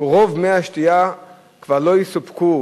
רוב מי השתייה כבר לא יסופקו.